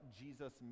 Jesus